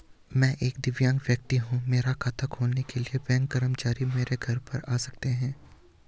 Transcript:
मैं एक दिव्यांग व्यक्ति हूँ मेरा खाता खोलने के लिए बैंक कर्मचारी मेरे घर पर आ सकते हैं?